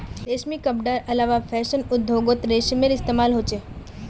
रेशमी कपडार अलावा फैशन उद्द्योगोत रेशमेर इस्तेमाल होचे